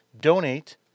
donate